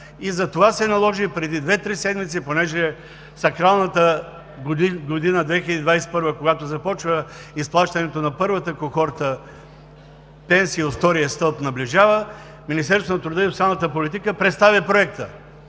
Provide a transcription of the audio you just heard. и затова се наложи преди две-три седмици, понеже сакралната година 2021 г., когато започва изплащането на първата кохорта пенсии от втория стълб, Министерството на труда и социалната политика представи Проекта,